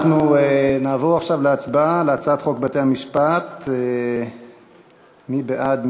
אנחנו נעבור להצבעה על הצעת חוק בתי-המשפט (תיקון מס' 74). מי בעד?